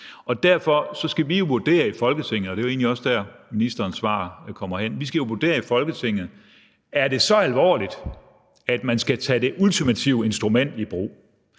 Derfor skal vi vurdere i Folketinget, og det er jo egentlig også der, ministerens svar kommer hen, om det er så alvorligt, at man skal tage det ultimative instrument i brug,